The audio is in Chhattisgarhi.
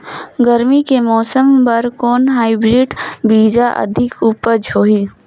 गरमी के मौसम बर कौन हाईब्रिड बीजा अधिक उपज होही?